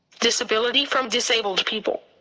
disability from disabled people.